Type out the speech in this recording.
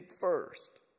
first